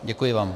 Děkuji vám.